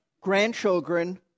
Grandchildren